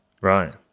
right